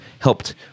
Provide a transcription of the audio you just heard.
helped